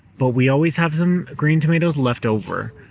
but we always have some green tomatoes left over,